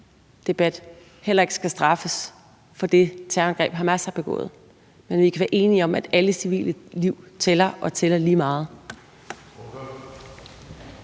debat, heller ikke skal straffes for det terrorangreb, Hamas har begået, og at vi kan være enige om, at alle civile liv tæller, og at de tæller lige meget.